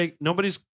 nobody's